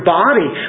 body